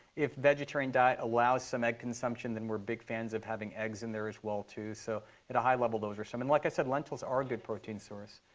if vegetarian diet allows some egg consumption, then we're big fans of having eggs in there as well, too. so at a high level, those are some. and like i said, lentils are a good protein source.